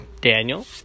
Daniel